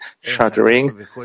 shattering